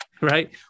Right